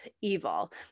evil